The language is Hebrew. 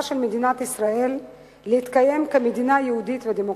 של מדינת ישראל להתקיים כמדינה יהודית ודמוקרטית.